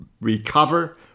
recover